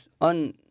on